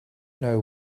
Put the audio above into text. know